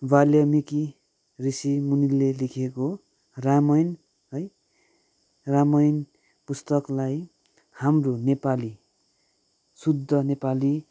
बाल्मिकी ऋषिमुनिले लेखेको रामायण है रामायण पुस्तकलाई हाम्रो नेपाली शुद्ध नेपाली